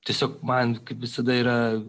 tiesiog man kaip visada yra